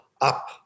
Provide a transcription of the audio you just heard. up